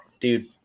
dude